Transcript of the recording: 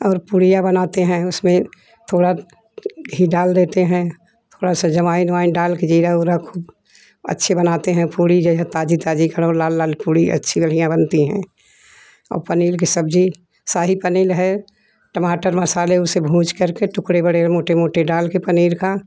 और पुडिया बनाते हैं उसमें थोड़ा घी डाल देते हैं थोड़ा सा अजवाइन उमाइन डाल के जीरा उरा खूब अच्छे बनाते हैं पूरी जो है ताजी ताजी कढ़ौं लाल लाल पूरी अच्छी बढ़िया बनती हैं औ पनीर की सब्जी शाही पनीर है टमाटर मसाले उसे भूँज करके टुकड़े बड़े मोटी मोटी डाल के पनीर का